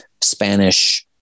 Spanish